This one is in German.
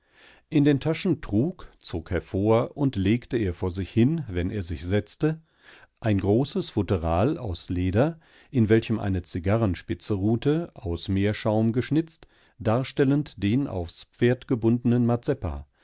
in den taschen trug zog hervor und legte er vor sich hin wenn er sich setzte ein großes futteral aus leder in welchem eine zigarrenspitze ruhte aus meerschaum geschnitzt darstellend den aufs pferd gebundenen